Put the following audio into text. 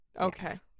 Okay